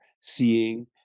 seeing